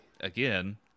again